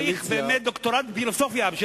וכנראה באמת צריך דוקטורט בפילוסופיה בשביל